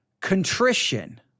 contrition